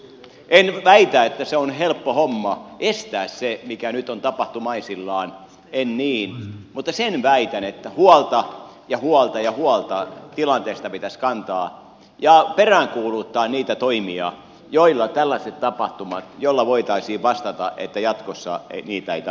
en väitä että se on helppo homma estää se mikä nyt on tapahtumaisillaan en niin mutta sen väitän että huolta ja huolta ja huolta tilanteesta pitäisi kantaa ja peräänkuuluttaa niitä toimia joilla voitaisiin vastata että jatkossa tällaisia ei tapahtuisi